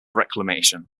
reclamation